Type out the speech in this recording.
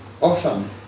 Often